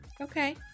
Okay